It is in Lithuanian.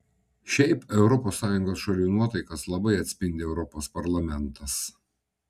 šiaip europos sąjungos šalių nuotaikas labai atspindi europos parlamentas